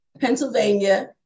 Pennsylvania